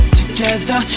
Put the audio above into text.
together